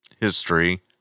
history